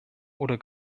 oder